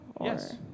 Yes